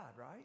right